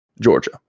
Georgia